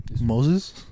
Moses